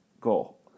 goal